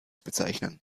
bezeichnen